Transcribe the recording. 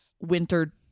winter